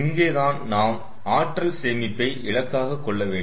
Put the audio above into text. இங்கேதான் நாம் ஆற்றல் சேமிப்பை இலக்காக கொள்ள வேண்டும்